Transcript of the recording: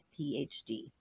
PhD